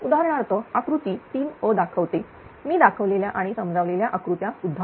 उदाहरणार्थ आकृती 3a दाखवते मी दाखवलेल्या आणि समजलेल्या आकृत्या सुद्धा